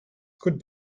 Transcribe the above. could